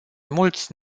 mulți